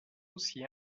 aussi